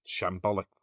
shambolic